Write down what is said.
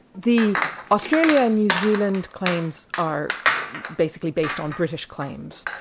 the australia and new zealand claims are basically based on british claims,